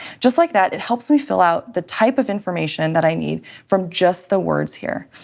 just like that, it helps me fill out the type of information that i need from just the words here.